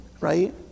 right